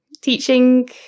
teaching